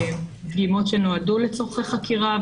בדגימות שנועדו לצרכי חקירה,